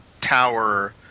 tower